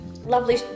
lovely